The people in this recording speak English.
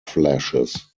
flashes